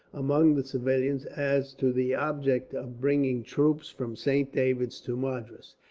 among the civilians, as to the object of bringing troops from saint david's to madras,